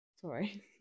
Sorry